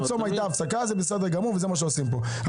זה מה שעושים כאן.